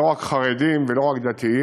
וזה לא רק חרדים ולא רק דתיים,